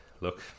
look